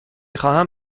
خواهم